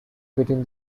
between